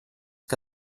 que